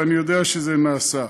ואני יודע שזה נעשה.